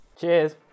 Cheers